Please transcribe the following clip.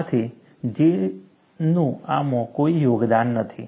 આથી J નું આમાં કોઈ યોગદાન નથી